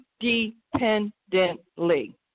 independently